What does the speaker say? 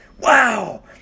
Wow